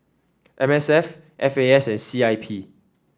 M S F F A S C I P